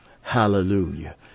hallelujah